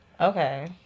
Okay